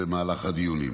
במהלך הדיונים.